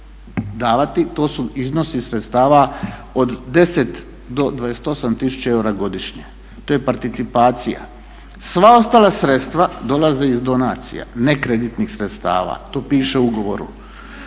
to su iznosi sredstava od 10 do 28 tisuća eura godišnje. To je participacija. Sva ostala sredstva dolaze iz donacija, ne kreditnih sredstava. To piše u ugovoru.